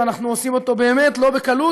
ובאמת אנחנו עושים אותה לא בקלות,